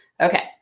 Okay